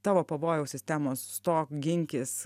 tavo pavojaus sistemos stok ginkis